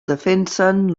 defensen